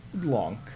Long